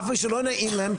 אף על פי שלא נעים להם,